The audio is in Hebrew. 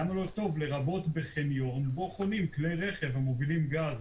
למה לא לכתוב: "לרבות בחניון בו חונים כלי רכב ומובילים גז